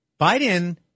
Biden